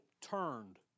turned